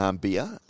beer